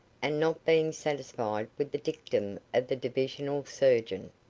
and not being satisfied with the dictum of the divisional surgeon.